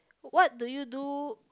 what do you do